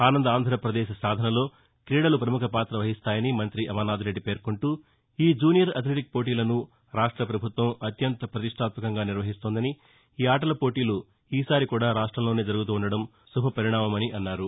ఆనంద ఆంధ్రాపదేశ్ సాధనలో క్రీడలు పముఖ పాత వహిస్తాయని మంత్రి అమర్నాథ్ రెడ్టి పేర్కొంటూ ఈ జూనియర్ అథ్లెటిక్ పోటీలను రాష్ట పభుత్వం అత్యంత పతిష్యాత్వకంగా నిర్వహిస్తోందని ఈ ఆటల పోటీలు ఈసారి కూడా రాష్ట్ంలోనే జరుగుతుండడం శుభపరిణామమని అన్నారు